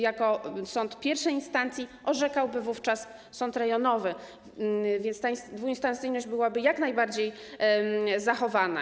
Jako sąd I instancji orzekałby wówczas sąd rejonowy, więc ta dwuinstancyjność byłaby jak najbardziej zachowana.